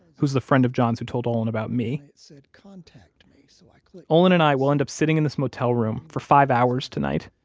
who's the friend of john's who told olin about me and it said contact me, so i clicked olin and i will end up sitting in this motel room for five hours tonight,